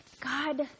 God